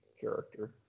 character